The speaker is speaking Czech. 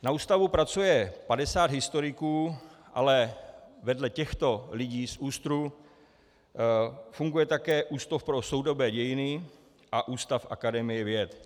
Na ústavu pracuje 50 historiků, ale vedle těchto lidí z ÚSTR funguje také Ústav pro soudobé dějiny a ústav Akademie věd.